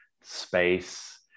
space